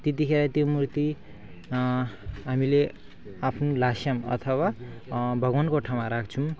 त्यतिखेर त्यो मूर्ति हामीले आफ्नो लासम अथवा भगवानको ठाउँमा राख्छौँ